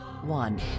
one